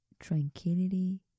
Tranquility